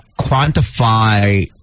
quantify